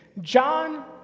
John